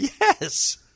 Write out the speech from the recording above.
yes